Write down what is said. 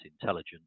intelligent